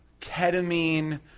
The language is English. ketamine